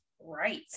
right